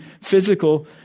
physical